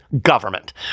Government